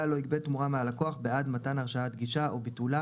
לא יגבה תמורה מהלקוח בעד מתן הרשאת גישה או ביטולה